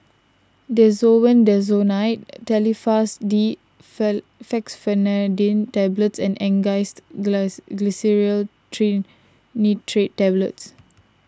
Desowen Desonide Telfast D Fexofenadine Tablets and Angised Glyceryl Trinitrate Tablets